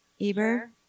Eber